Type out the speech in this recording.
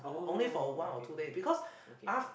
oh okay okay okay